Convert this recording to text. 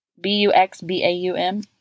B-U-X-B-A-U-M